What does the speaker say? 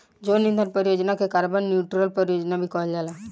जैव ईंधन परियोजना के कार्बन न्यूट्रल परियोजना भी कहल जाला